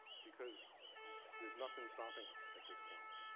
because there's nothing stopping it at this point.